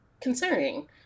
concerning